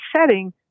setting